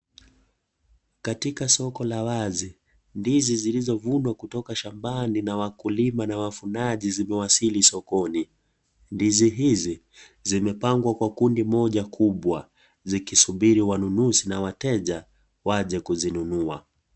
Katika soko la wazi, ndizi zilizovunwa kutoka shambani na wakulima na wavunaji zimewasili sokoni. Ndizi hizi, zimepangwa kwa kundi moja kubwa zikisubiri wanunuzi na wateja waje kuzinunua.